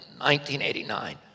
1989